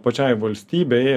pačiai valstybei